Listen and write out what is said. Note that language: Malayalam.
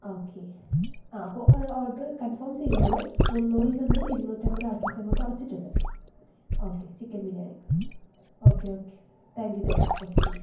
ആ ഓക്കെ ആ അപ്പോൾ ഓർഡർ കൺഫോം ചെയ്തോളു മുന്നൂറിൽ നിന്നും ഇരുന്നൂറ്റി അൻപത് ആക്കിയിട്ട് കുറച്ചിട്ട് ഉണ്ട് okay chicken biryani okay okay thank you thank you okay ശരി